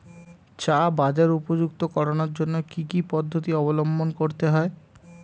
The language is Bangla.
চা বাজার উপযুক্ত করানোর জন্য কি কি পদ্ধতি অবলম্বন করতে হয়?